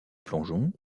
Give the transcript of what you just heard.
plongeon